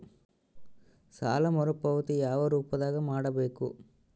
ಸಾಲ ಮರುಪಾವತಿ ಯಾವ ರೂಪದಾಗ ಮಾಡಬೇಕು?